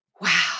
Wow